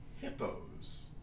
hippos